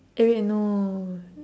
eh wait no